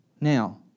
Now